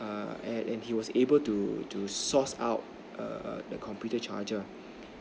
err and and he was able to to source out err the computer charger